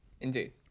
Indeed